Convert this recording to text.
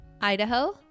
Idaho